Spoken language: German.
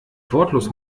wortlos